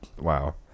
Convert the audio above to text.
wow